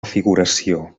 figuració